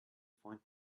find